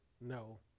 no